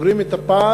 סוגרים את הפער,